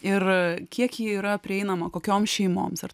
ir kiek ji yra prieinama kokioms šeimoms ar